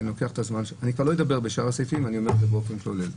לוקח את הזמן שלי ומדבר באופן כולל.